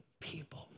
people